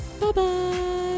Bye-bye